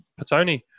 Patoni